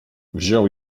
wziął